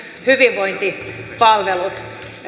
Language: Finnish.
hyvinvointipalvelut